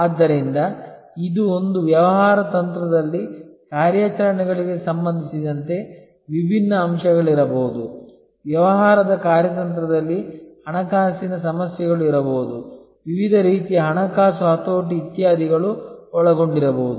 ಆದ್ದರಿಂದ ಇದು ಒಂದು ವ್ಯವಹಾರ ತಂತ್ರದಲ್ಲಿ ಕಾರ್ಯಾಚರಣೆಗಳಿಗೆ ಸಂಬಂಧಿಸಿದಂತೆ ವಿಭಿನ್ನ ಅಂಶಗಳಿರಬಹುದು ವ್ಯವಹಾರದ ಕಾರ್ಯತಂತ್ರದಲ್ಲಿ ಹಣಕಾಸಿನ ಸಮಸ್ಯೆಗಳು ಇರಬಹುದು ವಿವಿಧ ರೀತಿಯ ಹಣಕಾಸು ಹತೋಟಿ ಇತ್ಯಾದಿಗಳು ಒಳಗೊಂಡಿರಬಹುದು